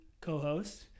co-host